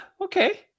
Okay